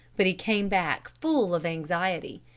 but he came back full of anxiety.